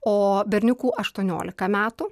o berniukų aštuoniolika metų